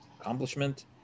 accomplishment